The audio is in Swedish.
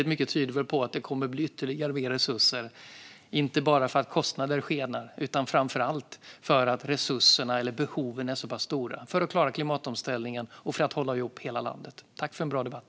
Mycket tyder väl på att det kommer att bli ytterligare resurser, inte bara för att kostnader skenar utan framför allt för att behoven är så pass stora om vi ska klara klimatomställningen och om vi ska hålla ihop hela landet. Tack för en bra debatt!